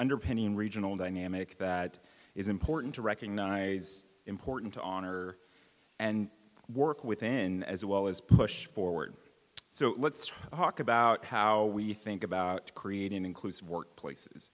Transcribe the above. underpinning regional dynamic that is important to recognize important to honor and work within as well as push forward so let's talk about how we think about creating inclusive workplaces